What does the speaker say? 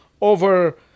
over